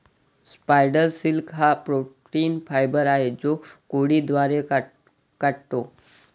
spider silk हा protein fibre आहे जो कोळी द्वारे काततो